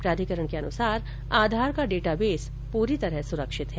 प्राधिकरण के अनुसार आधार का डेटाबेस पूरी तरह सुरक्षित है